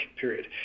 period